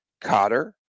Cotter